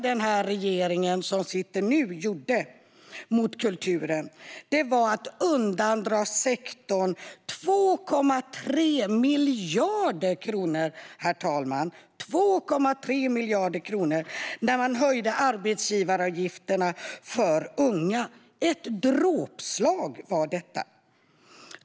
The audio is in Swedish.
Det första den sittande regeringen gjorde mot kulturen var att undandra sektorn 2,3 miljarder kronor när man höjde arbetsgivaravgifterna för unga. Detta var ett dråpslag.